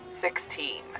sixteen